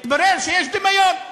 מתברר שיש דמיון.